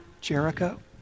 Jericho